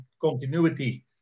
continuity